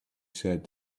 said